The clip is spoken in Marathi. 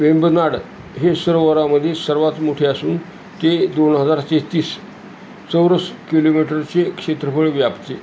वेम्बनाड हे सरोवरामधे सर्वात मोठे असून ते दोन हजार तेहेतीस चौरस किलोमीटरचे क्षेत्रफळ व्यापते